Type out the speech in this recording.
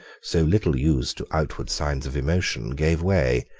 so little used to outward signs of emotion, gave way,